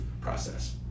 process